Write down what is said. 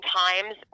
times